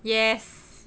yes